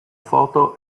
foto